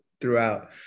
throughout